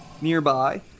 nearby